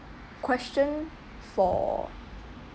question for